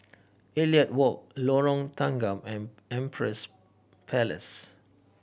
Elliot Walk Lorong Tanggam and Empress Place